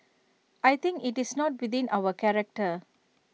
I think IT is not within our character